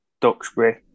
Duxbury